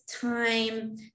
time